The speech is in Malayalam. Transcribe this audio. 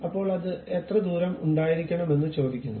അപ്പോൾ അത് എത്ര ദൂരം ഉണ്ടായിരിക്കണമെന്ന് ചോദിക്കുന്നു